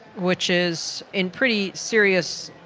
which is in pretty serious,